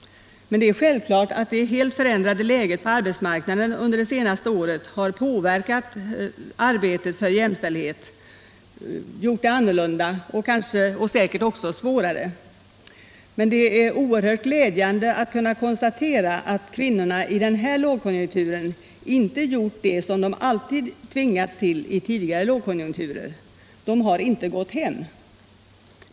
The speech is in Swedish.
Men det är självklart att det helt förändrade läget på arbetsmarknaden under det senaste året har påverkat arbetet för jämställdhet — gjort det annorlunda och säkerligen också svårare. Det är därför oerhört glädjande att kunna konstatera att kvinnorna i den här lågkonjunkturen inte gjort det som de alltid tvingats till i tidigare lågkonjunkturer. De har inte gått hem.